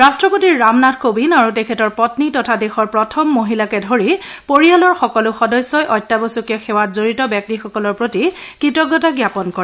ৰাষ্ট্ৰপতি ৰামনাথ কোবিন্দ আৰু তেখেতৰ পন্নী তথা দেশৰ প্ৰথম মহিলাকে ধৰি পৰিয়ালৰ সকলো সদস্যই অত্যাৱশ্যকীয় সেৱাত জড়িত ব্যক্তিসকলৰ প্ৰতি কৃতজ্ঞতা জ্ঞাপন কৰে